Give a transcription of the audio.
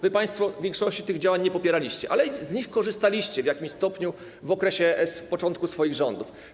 Wy państwo większości tych działań nie popieraliście, ale z nich korzystaliście w jakimś stopniu na początku swoich rządów.